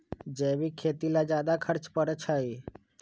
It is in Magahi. जैविक खेती ला ज्यादा खर्च पड़छई?